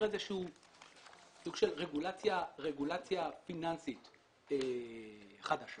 איזשהו סוג של רגולציה פיננסית חדשה